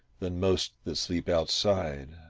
than most that sleep outside.